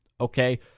Okay